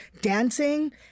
dancing